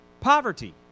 Poverty